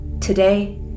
today